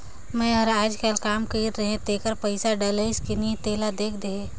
मै हर अईचकायल काम कइर रहें तेकर पइसा डलाईस कि नहीं तेला देख देहे?